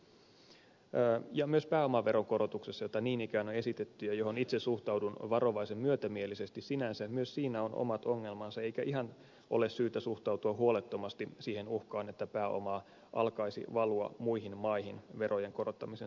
myös pääomaveron korotuksessa jota niin ikään on esitetty ja johon itse suhtaudun varovaisen myötämielisesti sinänsä on omat ongelmansa eikä ole syytä suhtautua ihan huolettomasti siihen uhkaan että pääoma alkaisi valua muihin maihin verojen korottamisen seurauksena